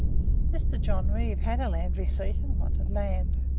mr. john reeve had a land receipt, and wanted land.